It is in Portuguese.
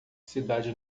cidade